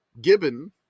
Gibbon